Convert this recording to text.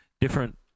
different